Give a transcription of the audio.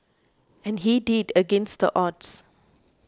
and he did against the odds